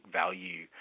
value